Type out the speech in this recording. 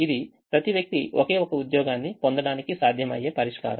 ఇది ప్రతి వ్యక్తి ఒకే ఒక్క ఉద్యోగాన్ని పొందడానికి సాధ్యమయ్యే పరిష్కారం